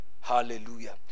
Hallelujah